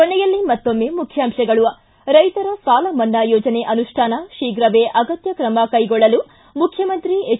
ಕೊನೆಯಲ್ಲಿ ಮತ್ತೊಮ್ಮೆ ಮುಖ್ಯಾಂಶಗಳು ರೈತರ ಸಾಲ ಮನ್ನಾ ಯೋಜನೆ ಅನುಷ್ಠಾನ ಶೀಘವೇ ಅಗತ್ಯ ಕ್ರಮ ಕೈಗೊಳ್ಳಲು ಮುಖ್ಯಮಂತ್ರಿ ಹೆಚ್